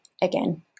again